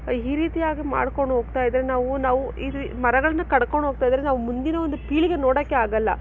ಈ ರೀತಿಯಾಗಿ ಮಾಡಿಕೊಂಡು ಹೋಗ್ತಾ ಇದ್ದಾರೆ ನಾವು ನಾವು ಈ ಮರಗಳನ್ನು ಕಡ್ಕೊಂಡು ಹೋಗ್ತಾ ಇದ್ದರೆ ನಾವು ಮುಂದಿನ ಒಂದು ಪೀಳಿಗೆ ನೋಡಕ್ಕೇ ಆಗಲ್ಲ